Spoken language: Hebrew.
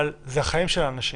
אבל זה החיים של אנשים.